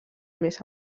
més